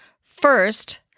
First